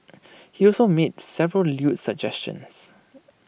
he also made several lewd suggestions